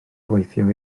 gweithio